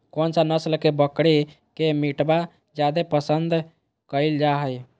कौन सा नस्ल के बकरी के मीटबा जादे पसंद कइल जा हइ?